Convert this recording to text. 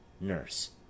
NURSE